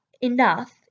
enough